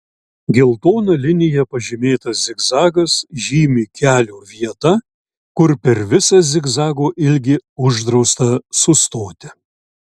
geltona linija pažymėtas zigzagas žymi kelio vietą kur per visą zigzago ilgį uždrausta sustoti